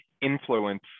influence